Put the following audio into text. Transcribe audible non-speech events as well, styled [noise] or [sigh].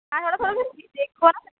ਹਾਂ ਥੋੜ੍ਹਾ ਥੋੜ੍ਹਾ [unintelligible] ਦੇਖੋ ਨਾ